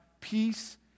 peace